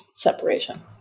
Separation